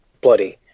bloody